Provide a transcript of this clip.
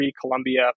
Columbia